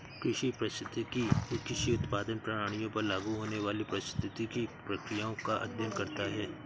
कृषि पारिस्थितिकी कृषि उत्पादन प्रणालियों पर लागू होने वाली पारिस्थितिक प्रक्रियाओं का अध्ययन करता है